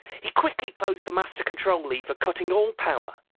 he quickly closed the master control lever, cutting all power,